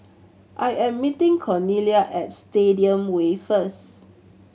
I am meeting Cornelia at Stadium Way first